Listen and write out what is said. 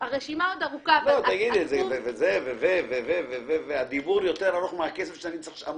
שמגלה נחישות והרבה אומץ.